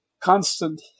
constant